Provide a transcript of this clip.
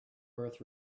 birth